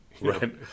Right